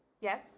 Yes